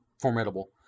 formidable